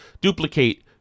duplicate